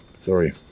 Sorry